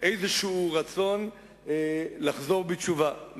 רצון לחזור בתשובה,